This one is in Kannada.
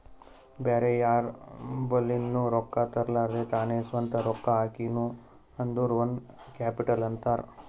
ಬ್ಯಾರೆ ಯಾರ್ ಬಲಿಂದ್ನು ರೊಕ್ಕಾ ತರ್ಲಾರ್ದೆ ತಾನೇ ಸ್ವಂತ ರೊಕ್ಕಾ ಹಾಕಿನು ಅಂದುರ್ ಓನ್ ಕ್ಯಾಪಿಟಲ್ ಅಂತಾರ್